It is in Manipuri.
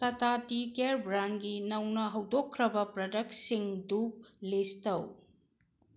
ꯇꯥꯇꯥ ꯇꯤ ꯀꯤꯌꯔ ꯕ꯭ꯔꯥꯟꯒꯤ ꯅꯧꯅ ꯍꯧꯗꯣꯛꯈ꯭ꯔꯕ ꯄ꯭ꯔꯗꯛꯁꯤꯡꯗꯨ ꯂꯤꯁ ꯇꯧ